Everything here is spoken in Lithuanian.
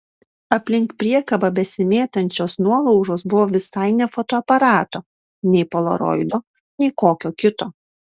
aplink priekalą besimėtančios nuolaužos buvo visai ne fotoaparato nei polaroido nei kokio kito